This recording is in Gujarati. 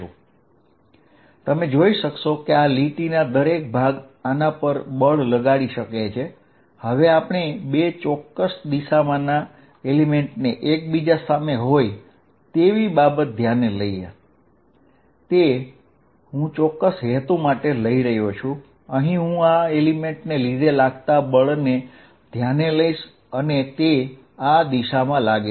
તે હું કોઈ ચોક્કસ હેતુ માટે લઈ રહ્યો છુંઅહીં હું આ ઘટક ને લીધે લાગતા બળને ધ્યાને લઇશ અને તે આ દિશામાં લાગે છે